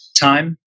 time